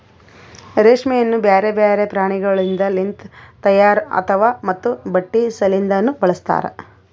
ರೇಷ್ಮೆಯನ್ನು ಬ್ಯಾರೆ ಬ್ಯಾರೆ ಪ್ರಾಣಿಗೊಳಿಂದ್ ಲಿಂತ ತೈಯಾರ್ ಆತಾವ್ ಮತ್ತ ಬಟ್ಟಿ ಸಲಿಂದನು ಬಳಸ್ತಾರ್